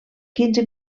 quinze